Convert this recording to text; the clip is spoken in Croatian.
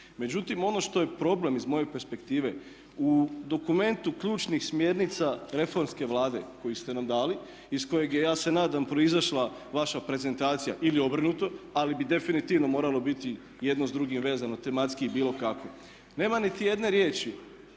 Međutim ono što je problem, iz moje perspektive, u dokumentu ključnih smjernica reformske Vlade koje ste nam dali i iz kojih je ja se nadam proizašla vaša prezentacija ili obrnuto ali bi definitivno moralo biti jedno s drugim vezano tematski bilo kako nema nitijedne riječi